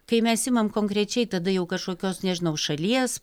kai mes imam konkrečiai tada jau kažkokios nežinau šalies